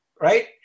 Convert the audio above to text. Right